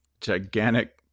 gigantic